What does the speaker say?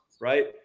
right